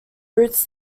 roots